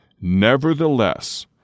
Nevertheless